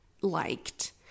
liked